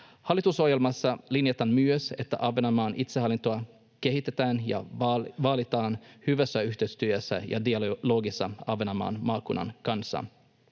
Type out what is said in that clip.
Hallitusohjelmassa linjataan myös, että Ahvenanmaan itsehallintoa kehitetään ja vaalitaan hyvässä yhteistyössä ja dialogissa Ahvenanmaan maakunnan kanssa.